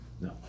No